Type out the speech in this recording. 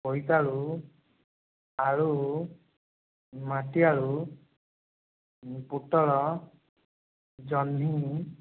ବୋଇତାଳୁ ଆଳୁ ମାଟି ଆଳୁ ପୋଟଳ ଜହ୍ନି